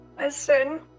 Listen